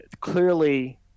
Clearly